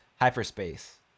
hyperspace